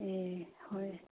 ꯑꯦ ꯍꯣꯏ